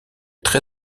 très